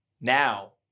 now